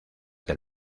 del